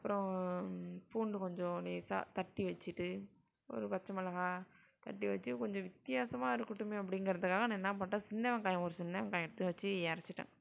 அப்புறம் பூண்டு கொஞ்சம் லேசாக தட்டி வெச்சிட்டு ஒரு பச்சை மிளகா தட்டி வைத்து கொஞ்சம் வித்தியாசமாக இருக்கட்டுமே அப்படிங்குறதுக்காக நான் என்ன பண்ணிட்டேன் சின்ன வெங்காயம் ஒரு சின்ன வெங்காயம் எடுத்து வெச்சு அரைச்சிவிட்டேன்